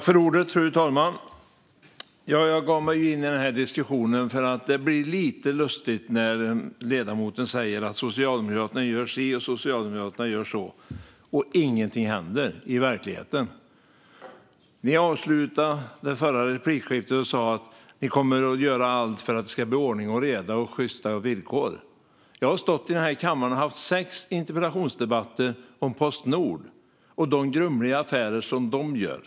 Fru talman! Jag gav mig in i den här diskussionen därför att det blir lite lustigt när ledamoten säger att Socialdemokraterna gör si och att Socialdemokraterna gör så och ingenting händer i verkligheten. Elin Gustafsson avslutade det förra replikskiftet med att säga att Socialdemokraterna kommer att göra allt för att det ska bli ordning och reda och sjysta villkor. Jag har stått i den här kammaren och haft sex interpellationsdebatter om Postnord och de grumliga affärer som de gör.